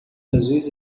azuis